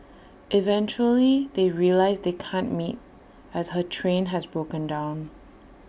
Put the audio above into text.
eventually they realise they can't meet as her train has broken down